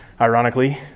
ironically